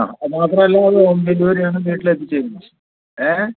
ആ അത് മാത്രല്ല ഹോം ഡെലിവെറിയാണ് വീട്ടിലെത്തിക്കുകയും ചെയ്യും ഏ